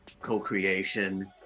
co-creation